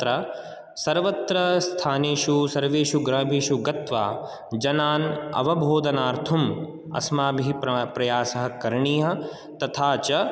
सर्वत्र स्थानेषु सर्वेषु ग्रामेषु गत्वा जनान् अवबोधनार्थम् अस्माभिः प्र प्रयासः करणीयः तथा च